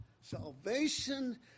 Salvation